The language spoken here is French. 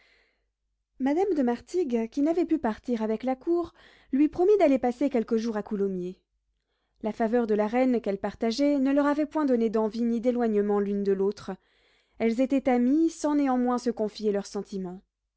madame de martigues qui n'avait pu partir avec la cour lui promit d'aller passer quelques jours à coulommiers la faveur de la reine qu'elles partageaient ne leur avait point donné d'envie ni d'éloignement l'une de l'autre elles étaient amies sans néanmoins se confier leurs sentiments